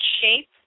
shape